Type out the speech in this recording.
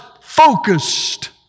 focused